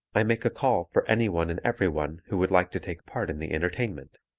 i make a call for anyone and everyone who would like to take part in the entertainment.